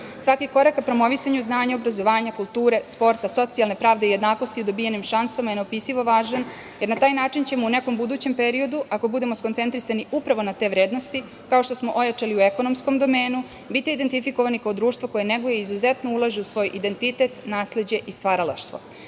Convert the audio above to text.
Svaki korak ka promovisanju znanja, obrazovanja, kulture, sporta, socijalne pravde, jednakosti dobijenim šansama je neopisivo važan jer na taj način ćemo u nekom budućem periodu ako budemo skoncentrisani upravo na te vrednosti, kao što smo ojačali u ekonomskom domenu, biti identifikovani kao društvo koje neguje i izuzetno ulaže u svoj identitet, nasleđe i stvaralaštvo. Postavila